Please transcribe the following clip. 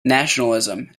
nationalism